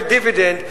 ודיבידנד,